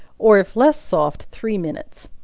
or if less soft three minutes.